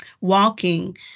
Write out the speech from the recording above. walking